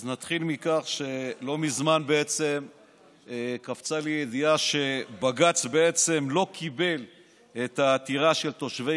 אז נתחיל מכך שלא מזמן קפצה לי ידיעה שבג"ץ לא קיבל את העתירה של תושבי